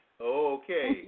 Okay